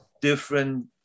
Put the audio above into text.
different